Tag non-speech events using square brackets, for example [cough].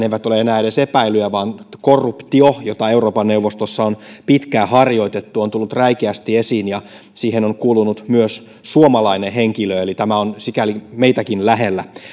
[unintelligible] eivät ole enää edes korruptioepäilyt vaan korruptio jota euroopan neuvostossa on pitkään harjoitettu on tullut räikeästi esiin ja siihen on kuulunut myös suomalainen henkilö eli tämä on sikäli meitäkin lähellä